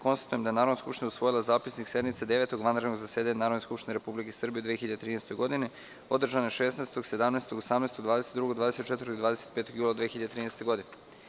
Konstatujem da je Narodna skupština usvojila Zapisnik sednice Devetog vanrednog zasedanja Narodne skupštine Republike Srbije u 2013. godini, održane 16, 17, 18, 22, 24. i 25. jula 2013. godine.